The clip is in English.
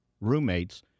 roommates